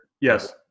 Yes